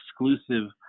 exclusive